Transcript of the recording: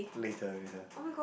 later later